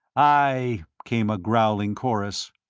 aye! came a growling chorus.